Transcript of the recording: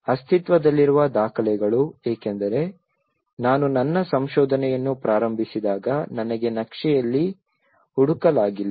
ಅಸ್ತಿತ್ವದಲ್ಲಿರುವ ದಾಖಲೆಗಳು ಏಕೆಂದರೆ ನಾನು ನನ್ನ ಸಂಶೋಧನೆಯನ್ನು ಪ್ರಾರಂಭಿಸಿದಾಗ ನನಗೆ ನಕ್ಷೆಯಲ್ಲಿ ಹುಡುಕಲಾಗಲಿಲ್ಲ